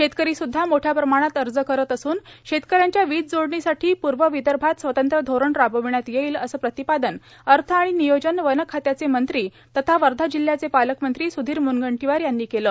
शेतकरीसुध्दा मोठ्या प्रमाणात अर्ज करीत असून शेतक यांच्या वीज जोडणीसाठी पूर्व विदर्भात स्वतंत्र धोरण राबविण्यात येईल असे प्रतिपादन अर्थ आणि नियोजन वन खात्याचे मंत्री तथा वर्धा जिल्ह्याचे पालकमंत्री सुधीर मुनगंटीवार यांनी केले